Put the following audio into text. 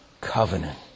covenant